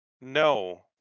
No